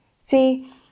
see